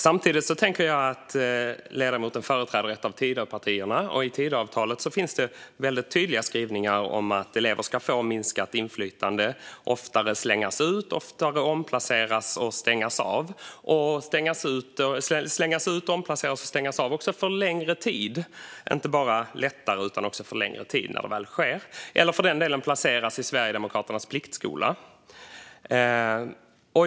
Samtidigt företräder ledamoten ett av Tidöpartierna. I Tidöavtalet finns väldigt tydliga skrivningar om att elever ska få minskat inflytande, oftare slängas ut och oftare omplaceras och stängas av, också för längre tid, eller för den delen placeras i Sverigedemokraternas pliktskola.